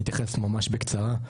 אני אתייחס ממש בקצרה,